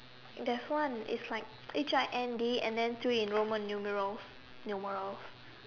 that's one its like H I N D and then three in Roman numerals numerals